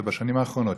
זה בשנים האחרונות,